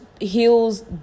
heals